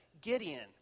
Gideon